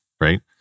right